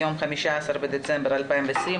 היום ה-15 בדצמבר 2020,